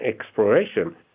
exploration